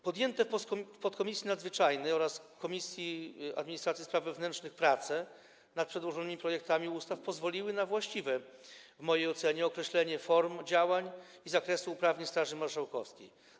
Podjęte w podkomisji nadzwyczajnej oraz Komisji Administracji i Spraw Wewnętrznych prace nad przedłożonymi projektami ustaw pozwoliły na właściwe w mojej ocenie określenie form działań i zakresu uprawnień Straży Marszałkowskiej.